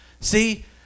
see